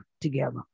together